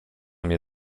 mnie